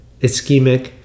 Ischemic